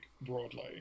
broadly